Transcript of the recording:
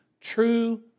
true